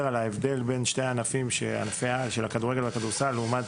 על שני הענפים כדורגל וכדוסל לעומת